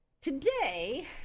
Today